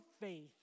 faith